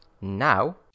now